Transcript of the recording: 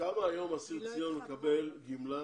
כמה היום אסיר ציון מקבל גמלה